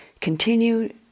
continue